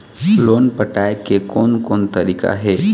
Loan पटाए के कोन कोन तरीका हे?